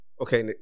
Okay